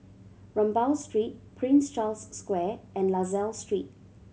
Rambau Street Prince Charles Square and La Salle Street